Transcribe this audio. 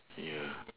ya